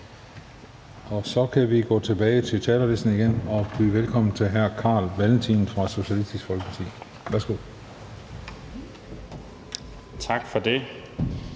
Så kan vi gå tilbage til talerlisten igen og byde velkommen til hr. Carl Valentin fra Socialistisk Folkeparti. Værsgo. Kl.